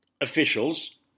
officials